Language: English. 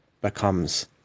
becomes